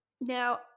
Now